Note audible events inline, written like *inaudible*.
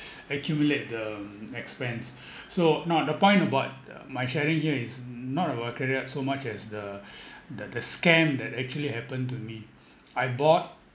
accumulate the expense *breath* so now the point abut my sharing here is not about credit cards so much as the *breath* the the scam that actually happened to me I bought